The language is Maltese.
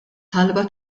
talba